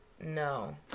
no